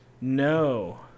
no